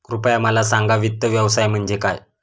कृपया मला सांगा वित्त व्यवसाय म्हणजे काय?